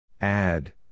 Add